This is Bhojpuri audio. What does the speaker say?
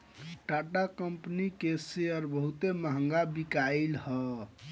टाटा कंपनी के शेयर बहुते महंग बिकाईल हअ